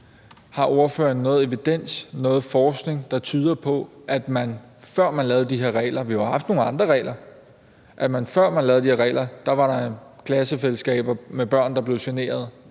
Har ordføreren noget evidens, noget forskning, der tyder på, at der, før vi lavede de her regler – vi har jo haft nogle andre regler – var klassefællesskaber med børn, der blev generet